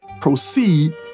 proceed